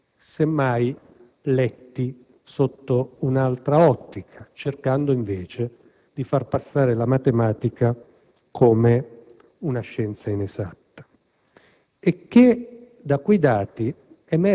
che non sono stati contraddetti, semmai letti sotto un'altra ottica, cercando invece di far passare la matematica come una scienza inesatta.